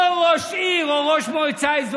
לא ראש עיר או ראש מועצה אזורית.